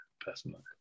personally